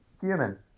human